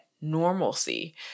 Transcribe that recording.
normalcy